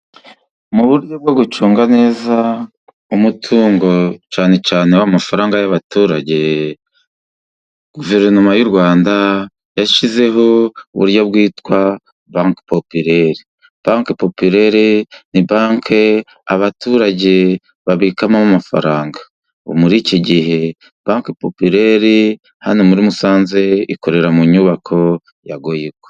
Mu buryo bwo gucunga neza umutungo cyane cyane w'amafaranga y'abaturage, guverinoma y'u Rwanda yashyizeho uburyo bwitwa banke popilere, banke popilere ni banke abaturage babikamo amafaranga muri iki gihe. Banke popilere hano muri Musanze ikorera mu nyubako ya Goyiko.